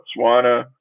Botswana